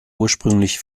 ursprünglich